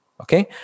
okay